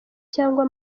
cyangwa